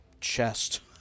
chest